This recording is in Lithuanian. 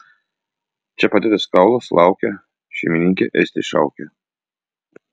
čia padėtas kaulas laukia šeimininkė ėsti šaukia